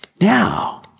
Now